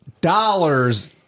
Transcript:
dollars